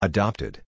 Adopted